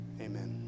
Amen